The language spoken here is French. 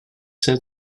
sept